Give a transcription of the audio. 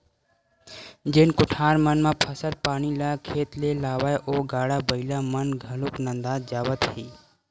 जेन कोठार मन म फसल पानी ल खेत ले लावय ओ गाड़ा बइला मन घलोक नंदात जावत हे